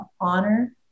honor